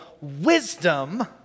wisdom